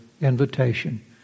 invitation